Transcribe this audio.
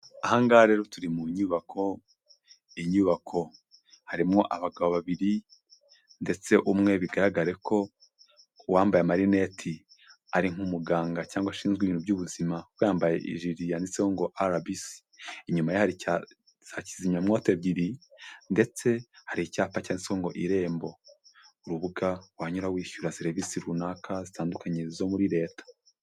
Aha ngaha rero turi mu nyubako, inyubako harimo abagabo babiri ndetse umwe bigaragare ko uwambaye amarineti ari nk'umuganga cyangwa ashinzwe ibintu by'ubuzima, kuko ambaye ijiri yanditseho ngo RBC, inyuma ye hari za kizimyamwoto ebyiri ndetse hari icyapa cyanditseho ngo Irembo, urubuga wanyuraho wishyura serivisi runaka zitandukanye zo muri Leta.